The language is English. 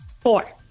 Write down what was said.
Four